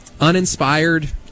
uninspired